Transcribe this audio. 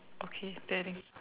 okay is there anything